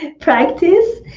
practice